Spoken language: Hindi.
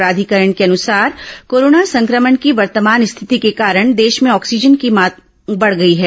प्राधिकरण के अनुसार कोरोना संक्रमण की वर्तमान स्थिति के कारण देश में ऑक्सीजन की मांग बढ़ गई है